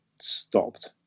stopped